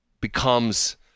becomes